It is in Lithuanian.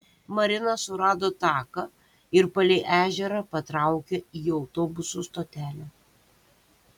marina surado taką ir palei ežerą patraukė į autobusų stotelę